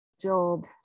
job